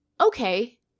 okay